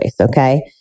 okay